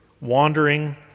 wandering